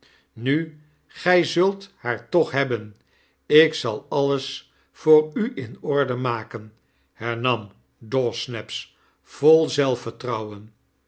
nu gy zult haar toch hebben lkzalalles voor a in orde maken hernam dawsnaps vol zelfvertrouwen